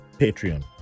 Patreon